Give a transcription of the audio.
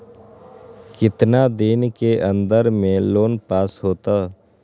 कितना दिन के अन्दर में लोन पास होत?